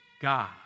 God